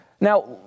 Now